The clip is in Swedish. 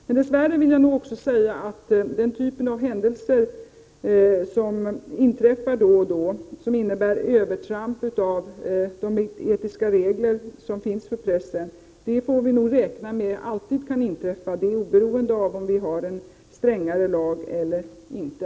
Men dess värre, vill jag säga, att de händelser som inträffar då och då som innebär övertramp av de etiska reglerna för pressen, får vi alltid räkna med kommer att inträffa oberoende av om vi har en strängare lag eller inte.